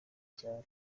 cyane